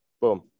boom